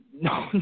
No